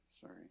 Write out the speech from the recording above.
Sorry